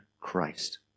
Christ